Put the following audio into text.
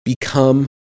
become